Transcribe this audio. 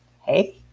hey